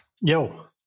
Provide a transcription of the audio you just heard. Yo